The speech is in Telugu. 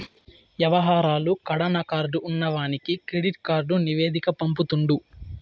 యవహారాలు కడాన కార్డు ఉన్నవానికి కెడిట్ కార్డు నివేదిక పంపుతుండు